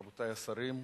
רבותי השרים,